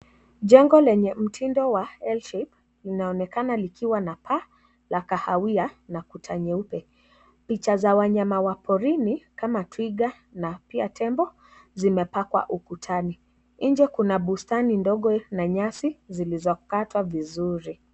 Jengo lenye mtindo wa (CS)L shape(CS )linaonekana likiwa na paa la kahawia na kuta nyeupe . Picha za wanyama wa porini kama twiga na pia tembo zimepakwa ukutani, nje kuna bustani ndogo na nyasi zilizokatwa vizuri.